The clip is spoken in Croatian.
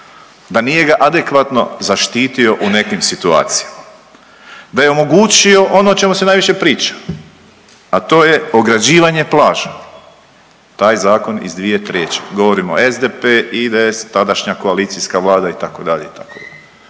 da nije ga adekvatno zaštitio u nekim situacijama, da je omogućio ono o čemu se najviše priča, a to je ograđivanje plaža. Taj zakon iz 2003., govorimo SDP, IDS, tadašnja koalicijska vlada itd.,